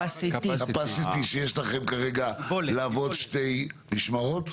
בקפסיטי שיש לכם כרגע לעבוד שתי משמרות?